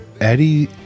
Eddie